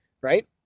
right